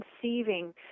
conceiving